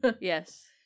Yes